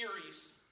series